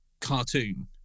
cartoon